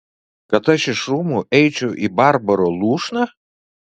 kad aš iš rūmų eičiau į barbaro lūšną